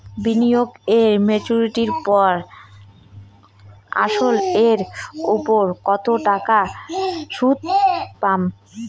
বিনিয়োগ এ মেচুরিটির পর আসল এর উপর কতো টাকা সুদ পাম?